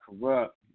Corrupt